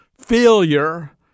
failure